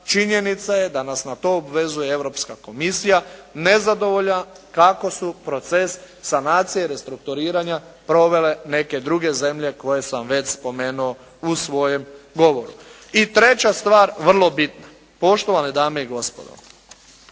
činjenica je da nas na to obvezuje Europska komisija nezadovoljna kako su proces sanacije i restrukturiranja provele neke druge zemlje koje sam već spomenuo u svojem govoru. I treća stvar, vrlo bitna. Poštovane dame i gospodo,